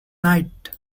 night